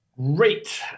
Great